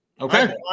Okay